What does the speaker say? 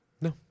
No